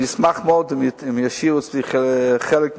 אני אשמח מאוד אם ישאירו אצלי חלק מזה,